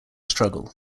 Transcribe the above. struggle